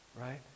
Right